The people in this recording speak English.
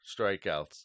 strikeouts